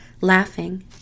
laughing